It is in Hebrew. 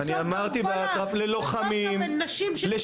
בסוף גם נשים --- אמרתי באטרף ללוחמים לשעבר,